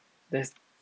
that's